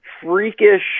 freakish